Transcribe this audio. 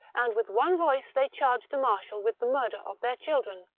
and with one voice they charged the marshal with the murder of their children,